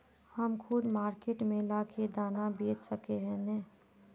हम खुद मार्केट में ला के दाना बेच सके है नय?